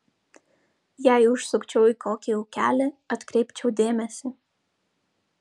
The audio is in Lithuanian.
jei užsukčiau į kokį ūkelį atkreipčiau dėmesį